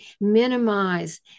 minimize